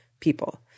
people